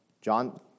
John